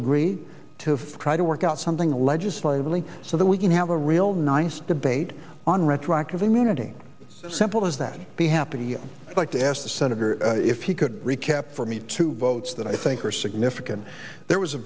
agree to try to work out something a legislator willing so that we can have a real nice debate on retroactive immunity simple as that be happy like to ask the senator if he could recap for me to votes that i think are significant there was a